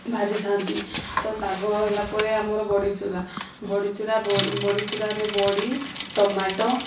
ଭାଜିଥାନ୍ତି ତ ଶାଗ ହେଲା ପରେ ଆମର ବଡ଼ିଚୂରା ବଡ଼ିଚୂରା ବଡ଼ିଚୂରାରେ ବଡ଼ି ଟମାଟୋ